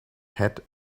had